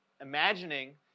imagining